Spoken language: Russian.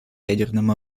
ядерным